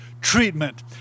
treatment